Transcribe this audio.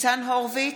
ניצן הורוביץ,